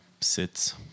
sits